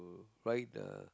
ride the